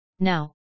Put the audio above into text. Now